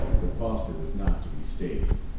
but foster was not to be stayed.